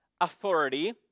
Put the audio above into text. authority